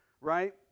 right